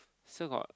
so got